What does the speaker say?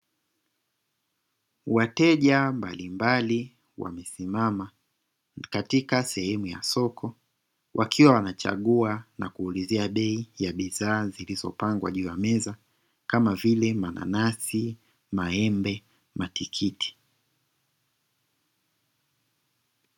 Wateja mbali mbali wamesimama katika sehemu ya soko wakiwa wanachagua na kuulizia bei ya bidhaa zilizopangwa juu ya meza kama vile mananasi, maembe, matikiti.